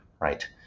right